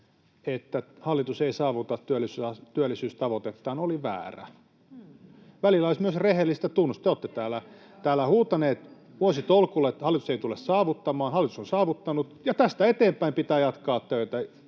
että hallitus ei saavuta työllisyystavoitettaan, oli väärä. Välillä olisi myös rehellistä tunnustaa se. Te olette täällä huutaneet vuositolkulla, että hallitus ei tule saavuttamaan sitä — hallitus on sen saavuttanut, ja tästä eteenpäin pitää jatkaa töitä,